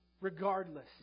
regardless